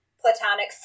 platonic